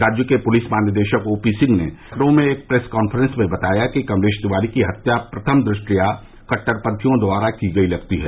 राज्य के पुलिस महानिदेशक ओपी सिंह ने कल लखनऊ में एक प्रेस कान्फ्रेंस में बताया कि कमलेश तिवारी की हत्या प्रथम दृष्टया कदृरपथियों द्वारा की गयी लगती है